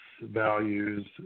values